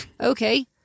Okay